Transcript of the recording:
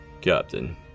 Captain